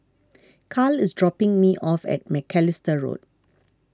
Carl is dropping me off at Macalister Road